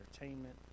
entertainment